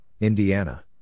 Indiana